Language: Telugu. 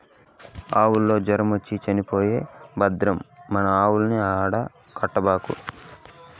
ఆల్లావు జొరమొచ్చి చచ్చిపోయే భద్రం మన ఆవుల్ని ఆడ కట్టబాకు